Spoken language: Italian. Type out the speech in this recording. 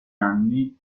anni